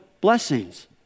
blessings